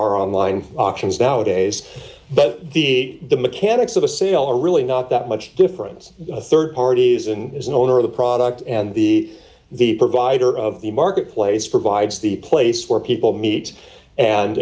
are online auctions nowadays but the the mechanics of a sale are really not that much difference the rd parties and as an owner of the product and the the provider of the marketplace provides the place where people meet and